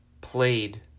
played